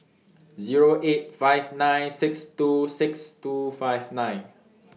Zero eight five nine six two six two five nine